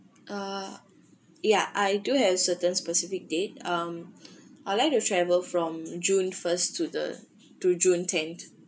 uh yeah I do have certain specific date um I like to travel from june first to the to june ten